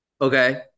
okay